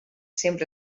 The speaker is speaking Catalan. sempre